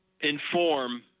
inform